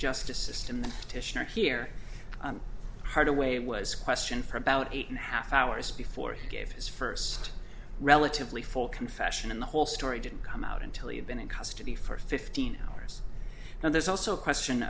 justice system the titian are here hardaway was questioned for about eight and a half hours before he gave his first relatively full confession and the whole story didn't come out until you've been in custody for fifteen hours now there's also a question